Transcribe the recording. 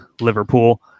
Liverpool